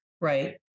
right